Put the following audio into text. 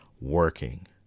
working